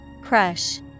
Crush